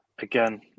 again